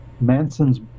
manson's